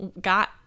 got